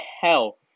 hell